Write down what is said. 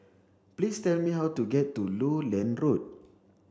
please tell me how to get to Lowland Road